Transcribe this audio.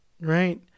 Right